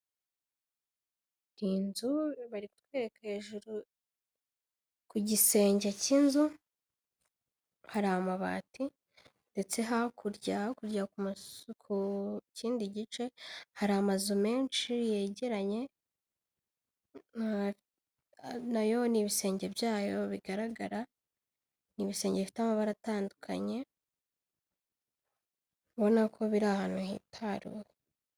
Iyi nzu bari kutwereka hejuru ku gisenge cy'inzu hari amabati, ndetse hakurya ku kindi gice, hari amazu menshi yegeranye nayo n'ibisenge byayo bigaragara, ni ibisenge bifite amabara atandukanye, ubona ko biri ahantu hitaruwe.